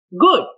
Good